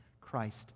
Christ